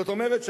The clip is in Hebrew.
זאת אומרת,